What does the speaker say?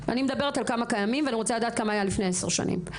אני מדברת כמה קיימים וכמה היו לפני עשר שנים.